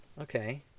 Okay